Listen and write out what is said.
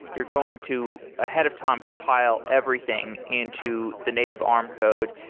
you're going to ahead of time compile everything into the native arm code.